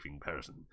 person